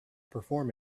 perform